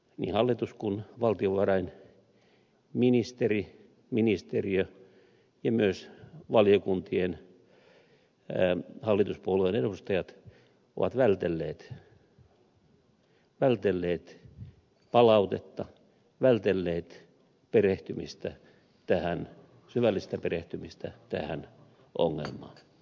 mihalitus kun valtio kuin valtiovarainministeri ministeriö ja myös valiokuntien hallituspuolueiden edustajat ovat vältelleet palautetta vältelleet syvällistä perehtymistä tähän ongelmaan